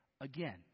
again